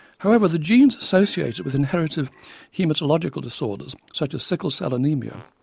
however the genes associated with inherited haematological disorders such as sickle cell anaemia,